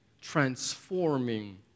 transforming